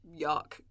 yuck